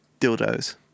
Dildos